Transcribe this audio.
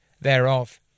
thereof